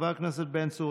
חבר הכנסת בן צור,